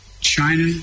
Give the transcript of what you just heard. China